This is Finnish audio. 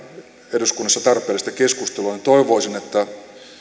eduskunnassa tarpeellista keskustelua niin toivoisin että